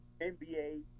NBA